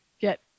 get